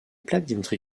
plaques